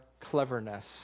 cleverness